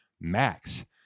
max